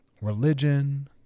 religion